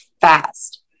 fast